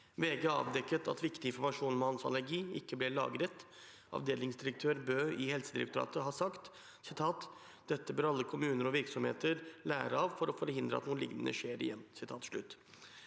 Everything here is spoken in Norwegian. VG avdekket at viktig informasjon om hans allergi ikke ble lagret. Avdelingsdirektør Bø i Helsedirektoratet har sagt: «Dette bør alle kommuner og virksomheter lære av for å forhindre at noe lignende skjer igjen.»